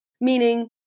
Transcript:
meaning